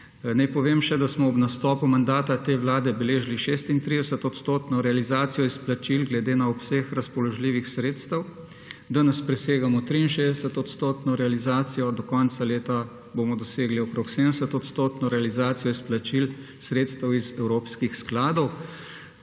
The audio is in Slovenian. povem še, da smo ob nastopu mandata te vlade beležili 36-odstotno realizacijo izplačil glede na obseg razpoložljivih sredstev, danes presegamo 63-odstotno realizacijo, do konca leta bomo dosegli okrog 70-odstotno realizacijo izplačil sredstev iz evropskih skladov.